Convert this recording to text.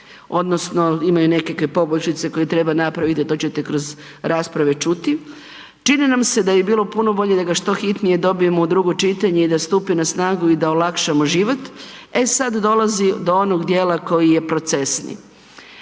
odnosno imaju nekakve poboljšice koje treba napravit, a to ćete kroz rasprave čuti. Čini nam se da bi bilo puno bolje da ga što hitnije dobijemo u drugo čitanje i da stupi na snagu i da olakšamo život. E sad dolazi do onog dijela koji je procesni.